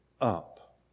up